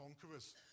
conquerors